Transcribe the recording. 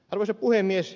arvoisa puhemies